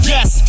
Yes